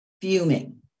fuming